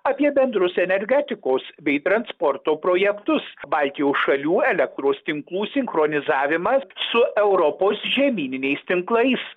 apie bendrus energetikos bei transporto projektus baltijos šalių elektros tinklų sinchronizavimas su europos žemyniniais tinklais